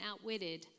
outwitted